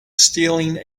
stealing